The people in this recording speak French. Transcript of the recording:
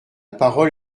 parole